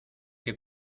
que